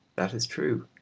that is true.